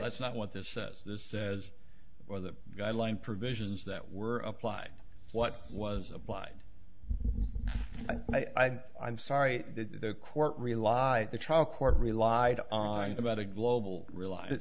that's not what this says this says or the guideline provisions that were applied what was applied i've sorry the court relied the trial court relied on about a global realize